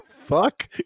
fuck